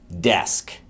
desk